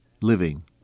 living